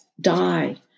die